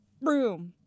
room